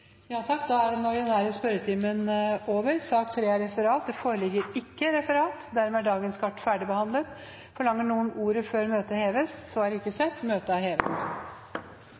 Da er den ordinære spørretimen omme. Det foreligger ikke noe referat. Dermed er dagens kart ferdigbehandlet. Forlanger noen ordet før møtet heves? – Møtet er hevet.